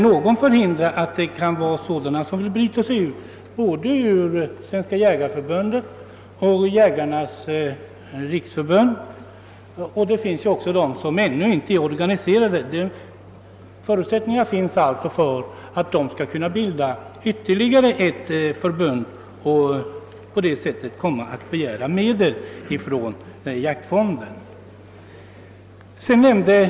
Den situationen kan uppstå att medlemmar både i Svenska jägareförbundet och Jägarnas riksförbund vill bryta sig ut. Det finns också jägare som ännu inte är organiserade. Förutsättningar finns alltså för att ytterligare förbund kan bildas som sedan begär att få medel ur jaktvårdsfonden.